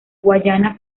guayana